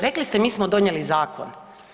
Rekli ste mi smo donijeli zakon.